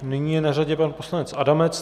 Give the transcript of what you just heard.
Nyní je na řadě pan poslanec Adamec.